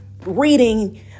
reading